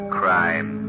crime